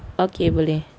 okay boleh